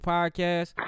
Podcast